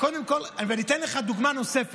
אני אתן לך דוגמה נוספת: